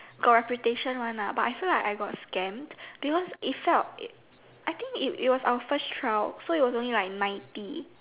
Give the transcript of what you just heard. got reputation one lah but I feel I got scam because it felt it I think it it was our first trial so it was only like ninety